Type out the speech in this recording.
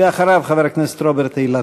ואחריו, חבר הכנסת רוברט אילטוב.